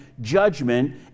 judgment